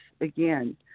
again